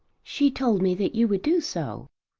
she told me that you would do so.